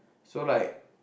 so like